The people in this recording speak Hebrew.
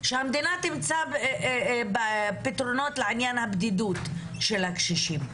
שהמדינה תמצא פתרונות לעניין הבדידות של הקשישים.